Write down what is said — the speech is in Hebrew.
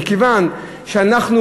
מכיוון שאנחנו,